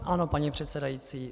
Ano, paní předsedající.